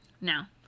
Now